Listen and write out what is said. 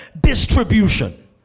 distribution